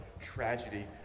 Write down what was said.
tragedy